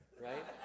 right